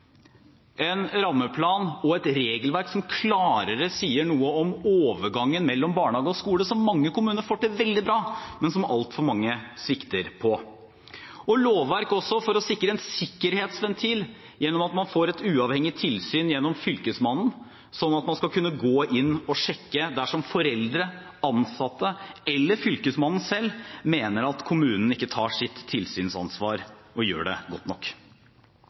En rammeplan og et regelverk som klarere sier noe om overgangen mellom barnehage og skole, som mange kommuner får til veldig bra, men der altfor mange svikter. Og lovverk også – for å ha en sikkerhetsventil gjennom at man får et uavhengig tilsyn gjennom Fylkesmannen, sånn at man skal kunne gå inn og sjekke dersom foreldre, ansatte eller Fylkesmannen selv mener at kommunen ikke tar sitt tilsynsansvar og gjør det godt nok.